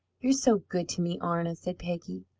you're so good to me, arna! said peggy.